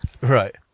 right